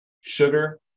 Sugar